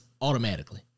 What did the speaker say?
automatically